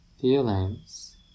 feelings